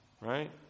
Right